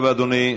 תודה רבה, אדוני.